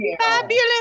fabulous